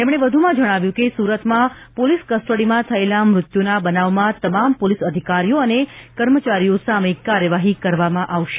તેમણે વધુમાં જણાવ્યું હતું કે સુરતમાં પોલીસ કસ્ટડીમાં થયેલા મૃત્યુના બનાવમાં તમામ પોલીસ અધિકારીઓ અને કર્મચારીઓ સામે કાર્યવાહી કરવામાં આવશે